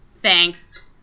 Thanks